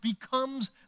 becomes